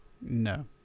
No